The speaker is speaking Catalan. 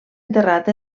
enterrat